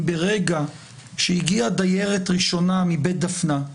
ברגע שהגיעה הדיירת הראשונה מבית דפנה,